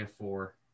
four